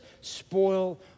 spoil